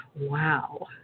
wow